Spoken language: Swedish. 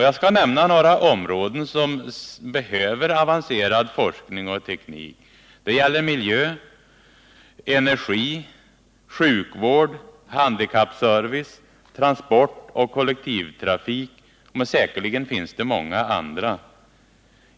Jag skall nämna några områden som behöver avancerad forskning och teknik: miljö, energi, sjukvård, handikappservice, transport och kollektivtrafik. Säkerligen finns det många andra.